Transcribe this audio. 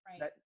Right